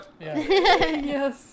Yes